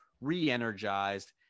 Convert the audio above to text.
re-energized